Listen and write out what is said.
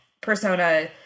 Persona